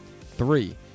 Three